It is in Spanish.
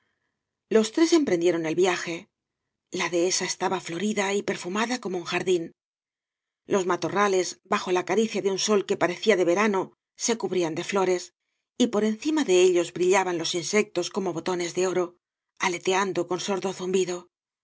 los tres emprendieron el viaje la dehesa estaba florida y perfumada como un jardín los matorrales bajo la caricia de un sol que parecía de verano se cubrían de flores y por encima de ellos brillaban los insectos como botones de oro aleteando con sordo zumbido los